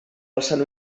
alçant